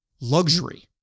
luxury